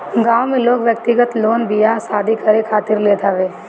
गांव में लोग व्यक्तिगत लोन बियाह शादी करे खातिर लेत हवे